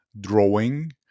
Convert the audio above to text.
drawing